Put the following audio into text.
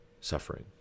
suffering